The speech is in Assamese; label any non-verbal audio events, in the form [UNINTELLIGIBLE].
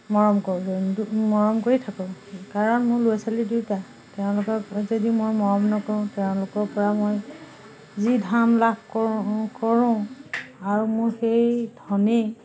মৰম কৰোঁ [UNINTELLIGIBLE] মৰম কৰি থাকোঁ কাৰণ মোৰ ল'ৰা ছোৱালী দুটা তেওঁলোকক যদি মই মৰম নকৰোঁ তেওঁলোকৰপৰা মই যি ধন লাভ কৰোঁ কৰোঁ আৰু মোৰ সেই ধনেই